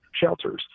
shelters